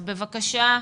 בבקשה,